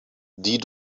die